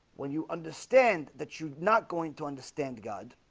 when you understand that you're not going to understand god